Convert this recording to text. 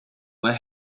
will